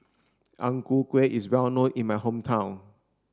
Ang Ku Kueh is well known in my hometown